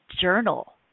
journal